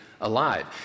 alive